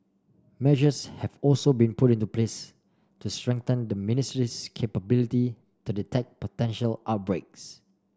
measures have also been put into place to strengthen the ministry's capability to detect potential outbreaks